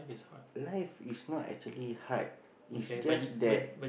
life is not actually hard is just that